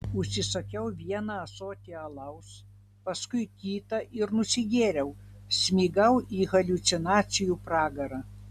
užsisakiau vieną ąsotį alaus paskui kitą ir nusigėriau smigau į haliucinacijų pragarą